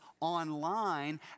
online